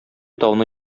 тауны